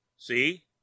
See